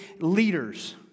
leaders